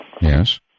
Yes